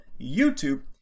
YouTube